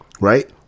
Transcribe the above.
right